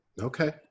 Okay